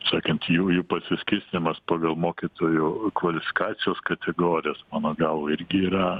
sakant jų jų pasiskirstymas pagal mokytojų kvalifikacijos kategorijas mano galva irgi yra